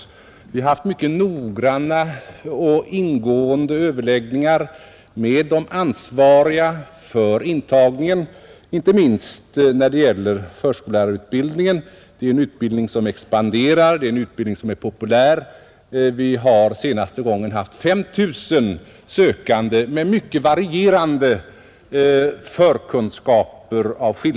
Vi har också haft mycket noggranna och ingående överläggningar med de ansvariga för intagningen, inte minst när det gäller förskollärarutbildningen. Det är ju en utbildning som expanderar, det är en utbildning som är populär. Vi hade senast 5 000 sökande med mycket varierande förkunskaper.